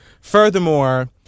Furthermore